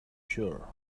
sure